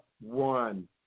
one